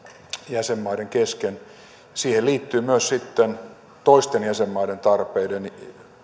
jäsenmaiden kesken siihen liittyy sitten myös toisten jäsenmaiden tarpeiden